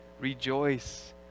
rejoice